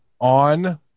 on